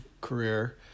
career